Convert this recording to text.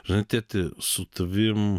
žinai tėti su tavim